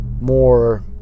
more